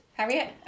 Harriet